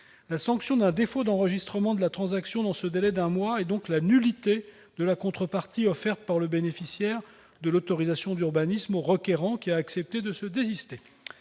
La sanction d'un défaut d'enregistrement de la transaction dans ce délai d'un mois est donc la nullité de la contrepartie offerte par le bénéficiaire de l'autorisation d'urbanisme au requérant qui a accepté de se désister.